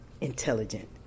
intelligent